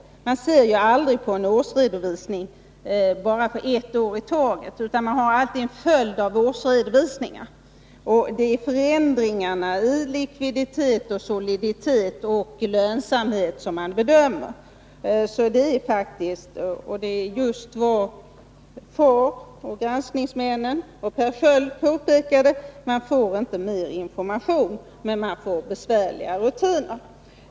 Man ser ju aldrig på en årsredovisning för bara ett år i taget, utan man har alltid en följd av årsredovisningar. Det är förändringarna i likviditet, soliditet och lönsamhet som man bedömer. Det var just vad FAR, granskningsmännen och Per Sköld påpekade: Man får inte mer information, men man får besvärligare rutiner.